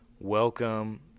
Welcome